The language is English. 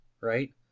right